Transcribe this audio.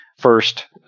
first